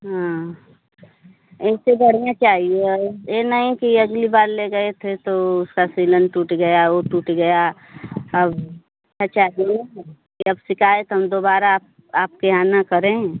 हाँ इससे बढ़िया चाहिए ये नहीं कि अगली बार ले गए थे तो उसका सिलन टूट गया वो टूट गया अब कि अब शिकायत हम दोबारा आप आपके यहाँ ना करें